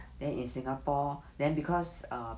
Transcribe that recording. then in singapore then because err